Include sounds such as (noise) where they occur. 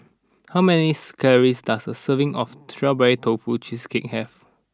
how many (unintelligible) does a serving of Strawberry Tofu Cheesecake have